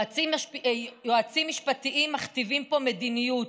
יועצים משפטיים מכתיבים פה מדיניות,